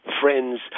friends